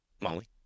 Molly